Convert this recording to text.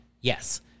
Yes